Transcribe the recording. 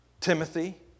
Timothy